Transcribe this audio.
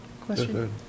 Question